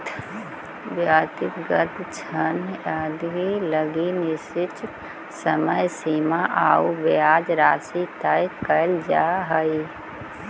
व्यक्तिगत ऋण अदाएगी लगी निश्चित समय सीमा आउ ब्याज राशि तय कैल जा हइ